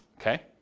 Okay